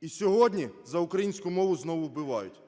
І сьогодні за українську мову знову вбивають.